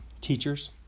teachers